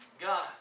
God